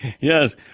Yes